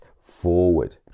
forward